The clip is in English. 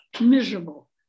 miserable